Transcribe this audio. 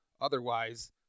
Otherwise